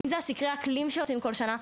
אם זה סקרי האקלים שיוצאים כל שנה,